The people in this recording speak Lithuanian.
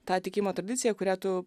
tą tikėjimo tradiciją kurią tu